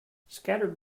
scattered